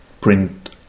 print